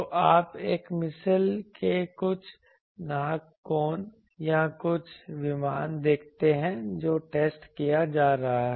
तो आप एक मिसाइल के कुछ नाक कोन या कुछ विमान देखते हैं जो टेस्ट किया जा रहा है